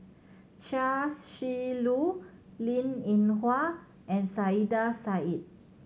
Chia Shi Lu Linn In Hua and Saiedah Said